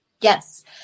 yes